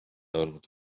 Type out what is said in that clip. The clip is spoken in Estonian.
olnud